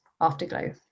afterglow